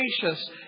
gracious